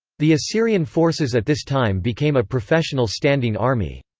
the assyrian forces at this time became a professional standing army.